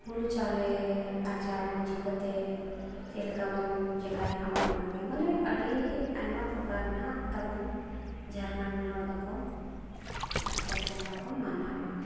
ᱦᱩᱲᱩ ᱪᱟᱣᱞᱮ ᱟᱨᱡᱟᱣᱟᱵᱚᱱ ᱪᱤᱠᱟᱹᱛᱮ ᱪᱮᱫ ᱞᱮᱠᱟ ᱵᱚᱱ ᱪᱤᱠᱟᱹᱭᱟ ᱚᱱᱮ ᱚᱱᱟᱜᱮ ᱢᱟᱱᱮ ᱟᱹᱰᱤ ᱟᱭᱢᱟ ᱯᱨᱚᱠᱟᱨ ᱨᱮᱱᱟᱜ ᱛᱟᱵᱚᱱ ᱡᱷᱟᱲᱠᱷᱚᱸᱰ ᱨᱮᱱ ᱦᱚᱲ ᱫᱚᱠᱚ ᱞᱟᱠᱪᱟᱨ ᱥᱮᱨᱣᱟ ᱠᱚ ᱢᱟᱱᱟᱣᱟ